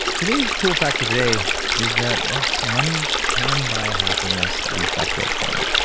today's cool fact of the day is that, well, money can buy happiness, at least up to a point.